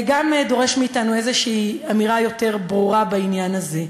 דורש מאתנו איזושהי אמירה יותר ברורה בעניין הזה.